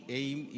aim